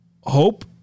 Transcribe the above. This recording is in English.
hope –